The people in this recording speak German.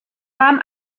haben